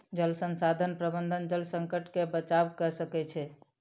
जल संसाधन प्रबंधन जल संकट से बचाव कअ सकै छै